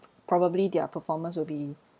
probably their performance will be